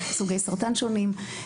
סוגי סרטן שונים,